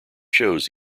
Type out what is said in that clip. shows